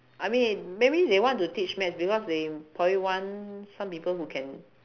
I mean maybe they want to teach maths because they probably want some people who can